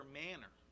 manner